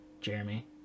Jeremy